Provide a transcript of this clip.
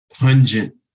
pungent